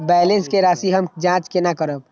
Balance के राशि हम जाँच केना करब?